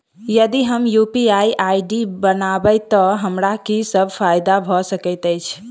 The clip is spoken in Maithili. यदि हम यु.पी.आई आई.डी बनाबै तऽ हमरा की सब फायदा भऽ सकैत अछि?